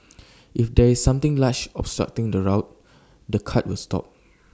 if there is something large obstructing the route the cart will stop